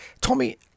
Tommy